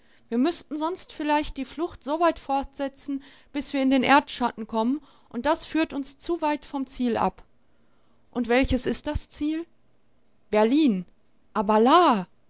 wir müßten sonst vielleicht die flucht so weit fortsetzen bis wir in den erdschatten kommen und das führt uns zu weit vom ziel ab und welches ist das ziel berlin aber